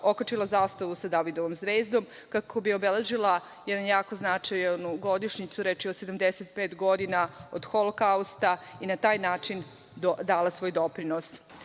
okačila zastavu sa Davidovom zvezdom kako bi obeležila jednu jako značajnu godišnjicu. Reč je o 75. godina od Holokausta i na taj način dala svoj doprinos. Sada